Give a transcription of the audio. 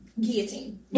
guillotine